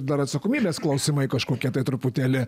dar atsakomybės klausimai kažkokie tai truputėlį